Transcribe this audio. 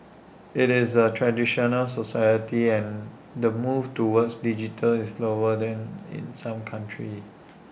it's A traditional society and the move towards digital is slower than in some countries